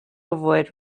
avoid